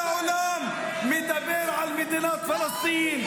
כל העולם מדבר על מדינה פלסטינית.